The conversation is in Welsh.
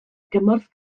gymorth